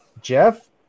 Jeff